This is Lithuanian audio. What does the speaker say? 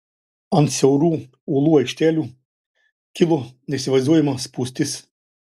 ant siaurų uolų aikštelių kilo neįsivaizduojama spūstis